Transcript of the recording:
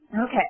Okay